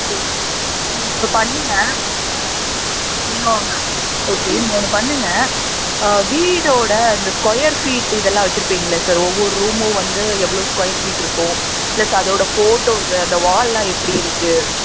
okay okay sir நீங்கள் ஒன்று பண்ணுங்கள் நீங்கள் ஓகே நீங்கள் ஒன்று பண்ணுங்கள் வீடோடய அந்த ஸ்கொயர் ஃபீட் இதெல்லாம் வச்சிருப்பீங்களே சார் ஒவ்வொரு ரூமும் வந்து எவ்வளோ ஸ்கொயர் ஃபீட் இருக்கும் ப்ளஸ் அதோடய ஃபோட்டோஸ்ஸு அந்த வால்லாம் எப்படி இருக்குது